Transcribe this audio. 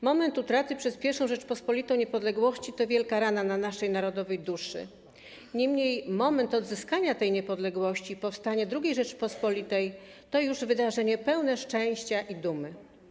Moment utraty przez I Rzeczpospolitą niepodległości to wielka rana na naszej narodowej duszy, niemniej moment odzyskania niepodległości i powstanie II Rzeczypospolitej to już wydarzenie pełne szczęścia i dumy.